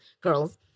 girls